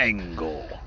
Angle